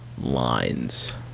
lines